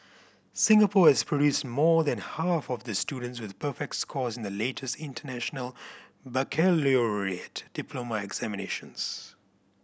Singapore has produced more than half of the students with perfect scores in the latest International Baccalaureate diploma examinations